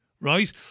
right